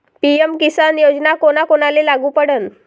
PM Kisan Yojana कोना कोनाले लागू पडन?